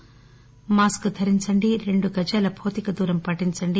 mask ధరించండి రెండు గజాల భౌతికదూరం పాటించండి